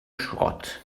schrott